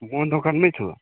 म दोकानमा छु